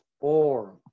four